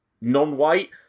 non-white